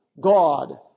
God